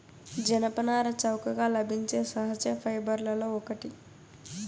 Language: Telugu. జనపనార చౌకగా లభించే సహజ ఫైబర్లలో ఒకటి